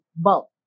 bulk